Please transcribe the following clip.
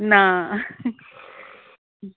ना